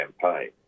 campaign